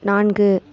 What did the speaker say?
நான்கு